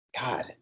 God